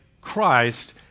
Christ